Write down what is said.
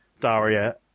Daria